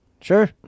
Sure